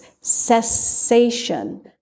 cessation